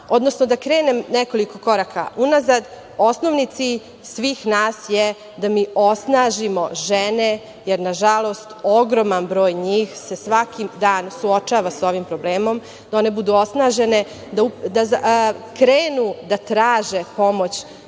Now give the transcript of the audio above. odnosno da krenem nekoliko koraka unazad, osnovni cilj svih nas je da mi osnažimo žene jer nažalost ogroman broj njih se svaki dan suočava sa ovim problemom, da one budu osnažene, da krenu da traže pomoć